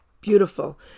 Beautiful